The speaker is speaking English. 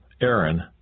Aaron